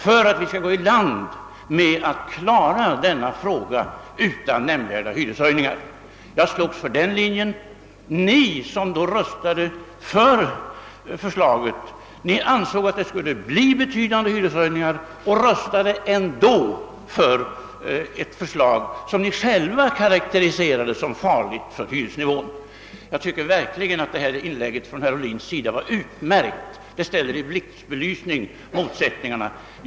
Vi måste alltså gå försiktigt fram om vi skall kunna lösa frågan utan nämnvärda hyreshöjningar. Jag slogs för den linjen. Ni ansåg att det skulle bli betydande hyreshöjningar men röstade ändå för ett förslag, som ni själva karakteriserade såsom farligt för hyresnivån. Jag tycker verkligen att herr Ohlins inlägg var utmärkt; det ställde motsättningarna i blixtbelysning.